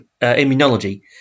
immunology